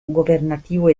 governativo